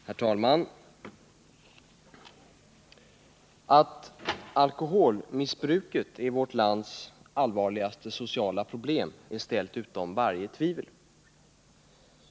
Herr talman! Att alkoholmissbruket är vårt lands allvarligaste sociala problem är ställt utom varje tvivel.